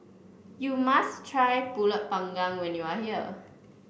you must try pulut Panggang when you are here